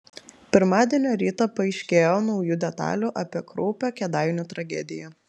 pirmadienio rytą paaiškėjo naujų detalių apie kraupią kėdainių tragediją